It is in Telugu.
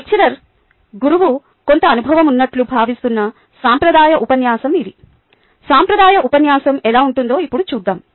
లెక్చరర్ గురువు కొంత అనుభవం ఉన్నట్లు భావిస్తున్న సాంప్రదాయ ఉపన్యాసం ఇది సాంప్రదాయ ఉపన్యాసం ఎలా ఉంటుందో ఇప్పుడు చూద్దాo